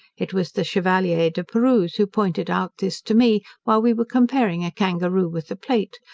it was the chevalier de perrouse who pointed out this to me, while we were comparing a kangaroo with the plate,